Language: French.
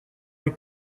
des